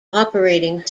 operating